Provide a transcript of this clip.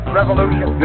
revolution